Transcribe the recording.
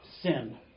sin